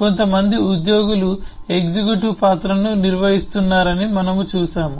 కొంతమంది ఉద్యోగులు ఎగ్జిక్యూటివ్ పాత్రను నిర్వహిస్తున్నారని మనము చూశాము